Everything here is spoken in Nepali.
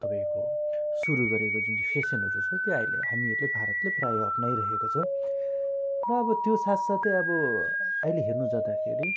तपाईँको सुरु गरेको जुन चाहिँ फेसनहरू छ त्यो अहिले हामीहरूले भारतले प्रायः अपनाइ रहेको छ र अब त्यो साथ साथै अब अहिले हेर्नु जाँदाखेरि